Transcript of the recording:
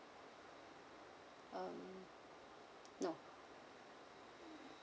um no